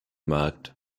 markt